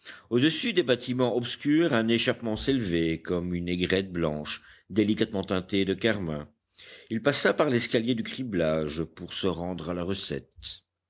au-dessus des bâtiments obscurs un échappement s'élevait comme une aigrette blanche délicatement teintée de carmin il passa par l'escalier du criblage pour se rendre à la recette